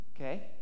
Okay